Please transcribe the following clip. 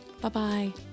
Bye-bye